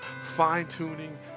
fine-tuning